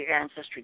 ancestry